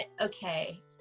okay